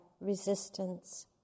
resistance